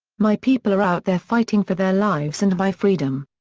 my people are out there fighting for their lives and my freedom.